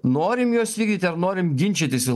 norim juos vykdyti ar norim ginčytis